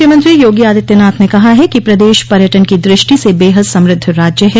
मुख्यमंत्री योगी आदित्यनाथ ने कहा है कि प्रदेश पर्यटन की दृष्टि से बेहद समृद्ध राज्य है